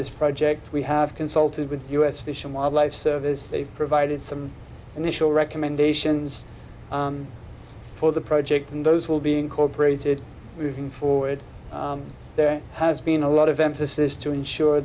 this project we have consulted with u s fish and wildlife service they provided some initial recommendations for the project and those will be incorporated moving forward there has been a lot of emphasis to ensure